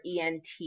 ENT